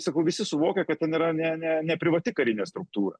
sakau visi suvokia kad ten yra ne ne neprivati karinė struktūra